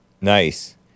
Nice